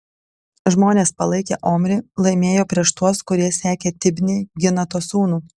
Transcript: žmonės palaikę omrį laimėjo prieš tuos kurie sekė tibnį ginato sūnų